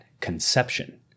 conception